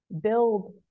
build